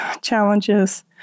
challenges